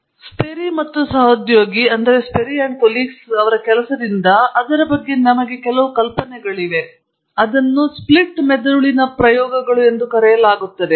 ಮತ್ತು ಸ್ಪೆರಿ ಮತ್ತು ಸಹೋದ್ಯೋಗಿಗಳ ಕೆಲಸದಿಂದ ಅದರ ಬಗ್ಗೆ ನಮಗೆ ಕೆಲವು ಕಲ್ಪನೆಗಳಿವೆ ಅದನ್ನು ಸ್ಪ್ಲಿಟ್ ಮೆದುಳಿನ ಪ್ರಯೋಗಗಳು ಎಂದು ಕರೆಯಲಾಗುತ್ತದೆ